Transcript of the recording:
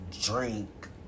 drink